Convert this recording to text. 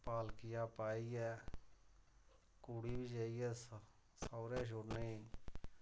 पालकियै पाइयै कुड़ी जेह्ड़ी ऐ सौह्रै ओड़नी